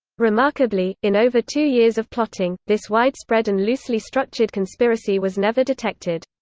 remarkably, in over two years of plotting, this widespread and loosely structured conspiracy was never detected.